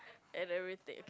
and everything